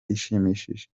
ishimishije